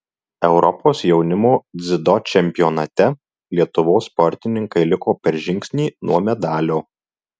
europos jaunimo dziudo čempionate lietuvos sportininkai liko per žingsnį nuo medalio